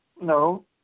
No